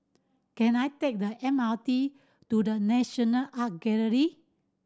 can I take the M R T to The National Art Gallery